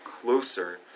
closer